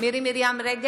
מירי מרים רגב,